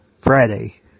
Friday